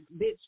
bitch